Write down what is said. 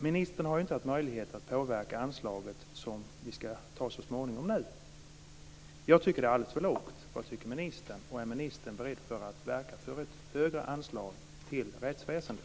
Ministern har ju inte haft möjlighet att påverka det anslag som vi ska fatta beslut om snart. Jag tycker att det är alldeles för lågt. Vad tycker ministern, och är ministern beredd att verka för ett högre anslag till rättsväsendet?